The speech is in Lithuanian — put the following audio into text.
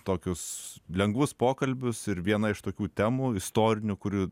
tokius lengvus pokalbius ir vieną iš tokių temų istorinių kurių